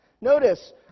Notice